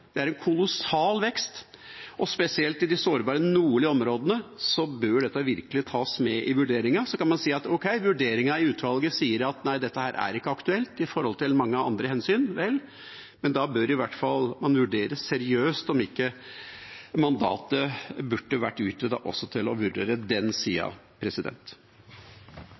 det er en kolossal vekst – bør dette virkelig tas med i vurderingen, spesielt med tanke på de sårbare nordlige områdene. Så kan man si: Ok, vurderingen fra utvalget er at nei, dette er ikke aktuelt sett opp mot mange andre hensyn. Vel, men da bør man i hvert fall vurdere seriøst om ikke mandatet burde vært utvidet til også å vurdere den